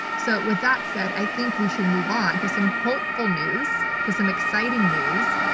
so, with that said, i think we should move on to some hopeful news to some exciting news.